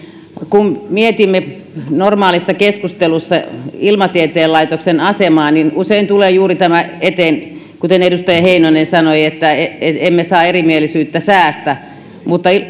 kun mietimme normaalissa keskustelussa ilmatieteen laitoksen asemaa niin usein tulee juuri tämä eteen kuten edustaja heinonen sanoi että emme saa erimielisyyttä säästä mutta